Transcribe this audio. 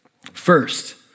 First